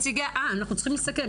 אנחנו צריכים לסכם.